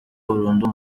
burundu